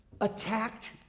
attacked